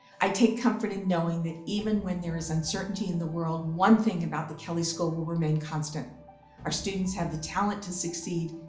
i take comfort in knowing that even when there is uncertainty in the world, one thing about the kelley school will remain constant our students have the talent to succeed,